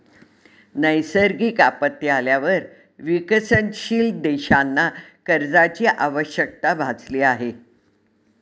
नैसर्गिक आपत्ती आल्यावर विकसनशील देशांना कर्जाची आवश्यकता भासली आहे